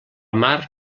mar